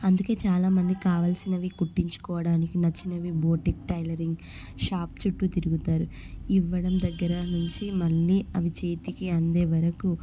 అందుకే చాలా మంది కావలసినవి కుట్టించుకోవడానికి నచ్చినవి బోటిక్ టైలరింగ్ షాప్ చుట్టూ తిరుగుతారు ఇవ్వడం దగ్గర నుంచి మళ్ళీ అవి చేతికి అందే వరకు